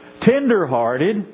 tender-hearted